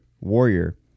Warrior